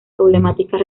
problemáticas